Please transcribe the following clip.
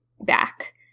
back